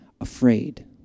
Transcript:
afraid